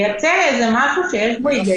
לייצר משהו שיש בו היגיון.